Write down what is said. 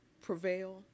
prevail